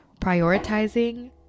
prioritizing